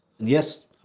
Yes